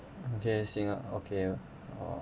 okay 行了 okay orh